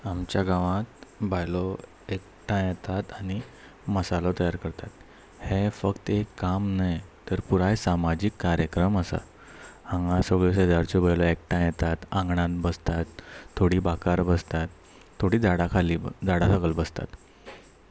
आमच्या गांवांत बायलो एकठांय येतात आनी मसालो तयार करतात हें फक्त एक काम न्हय तर पुराय सामाजीक कार्यक्रम आसा हांगा सगळ्यो शेजारच्यो बायलो एकठांय येतात आंगणान बसतात थोडी बांकार बसतात थोडीं झाडां खाली झाडां सकयल बसतात